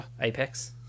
Apex